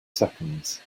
seconds